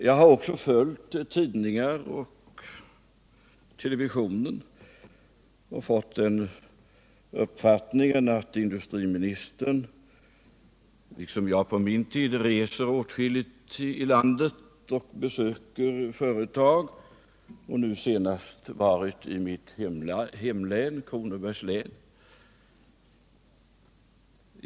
Jag har följt tidningarnas och televisionens rapportering och fått den uppfattningen att industriministern, liksom jag gjorde på min tid, reser åtskilligt i landet och besöker företag. Han har nu senast varit i mitt hemlän, Kronobergs län.